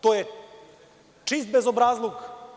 To je čist bezobrazluk.